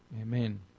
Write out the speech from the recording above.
Amen